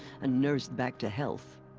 and nursed back to health.